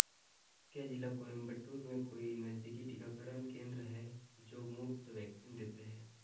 क्या जिला कोयंबटूर में कोई नज़दीकी टीकाकरण केंद्र हैं जो मुफ़्त वैक्सीन देते हैं